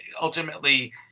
ultimately